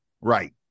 Right